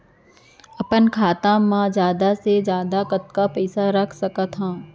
अपन खाता मा जादा से जादा कतका पइसा रख सकत हव?